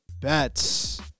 bets